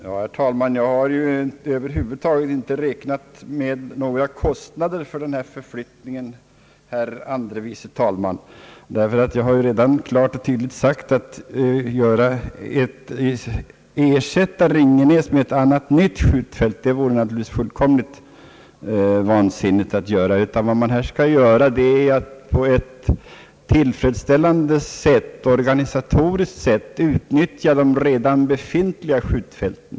Herr talman! Jag har över huvud taget inte räknat med några kostnader för den här förflyttningen, herr andre vice talman! Jag har klart och tydligt sagt att det naturligtvis vore fullkomligt vansinnigt att ersätta Ringenäs med ett annat skjutfält. Vad man skall göra är att på ett organisatoriskt tillfredsställande sätt utnyttja de redan befintliga skjutfälten.